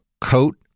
coat